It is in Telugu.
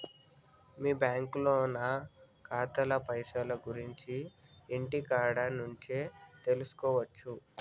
మీ బ్యాంకులో నా ఖాతాల పైసల గురించి ఇంటికాడ నుంచే తెలుసుకోవచ్చా?